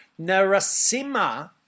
Narasimha